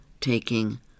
taking